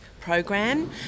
program